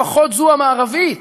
לפחות זו המערבית,